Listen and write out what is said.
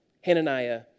Hananiah